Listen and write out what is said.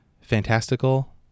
fantastical